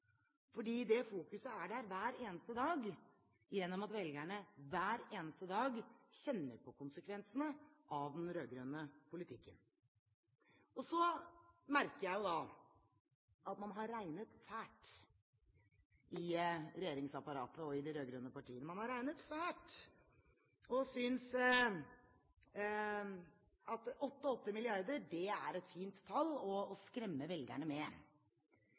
fordi det fokuset er der hver eneste dag gjennom at velgerne hver eneste dag kjenner på konsekvensene av den rød-grønne politikken. Så merker jeg at man har regnet fælt i regjeringsapparatet og i de rød-grønne partiene. Man har regnet fælt – og synes at 88 mrd. kr er et fint tall å skremme velgerne med.